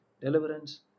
deliverance